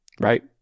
right